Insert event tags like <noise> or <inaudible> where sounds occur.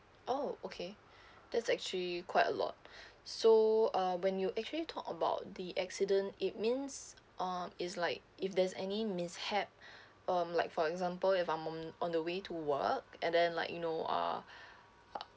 oh okay <breath> that's actually quite a lot <breath> so uh when you actually talk about the accident it means uh it's like if there's any mishaps <breath> um like for example if I'm on on the way to work and then like you know uh